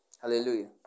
Hallelujah